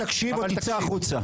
וכמה שבועות אחרי בחירות,